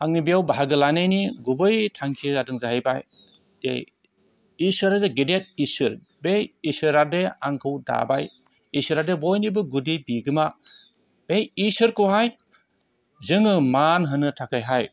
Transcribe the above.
आंनि बियाव बाहागो लानायनि गुबै थांखि जादों जाहैबाय जे इसोरा जे गेदेद इसोर बे इसोरा जे आंखौ दाबाय इसोरा जे बयनिबो गुदि बिगोमा बै इसोरखौहाय जोङो मान होनो थाखायहाय